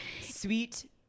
Sweet